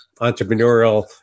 entrepreneurial